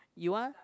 you want